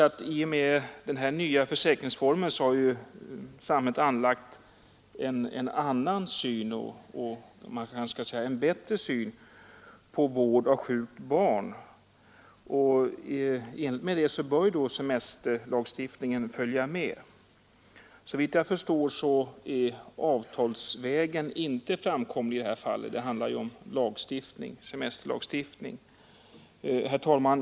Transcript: I och med denna nya försäkringsform har samhället anlagt en annan och bättre syn på vård av sjukt barn. I enlighet med den bör semesterlagstiftningen följa med. Såvitt jag förstår är avtalsvägen inte framkomlig i det här fallet — det handlar ju om semesterlagstiftning. Herr talman!